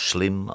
Slim